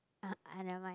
ah !aiya! never mind